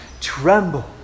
tremble